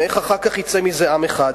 איך אחר כך יצא מזה עם אחד?